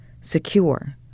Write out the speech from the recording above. secure